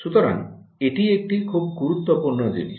সুতরাং এটি একটি খুব গুরুত্বপূর্ণ জিনিস